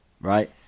right